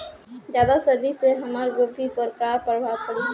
ज्यादा सर्दी से हमार गोभी पे का प्रभाव पड़ी?